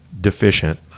deficient